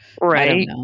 Right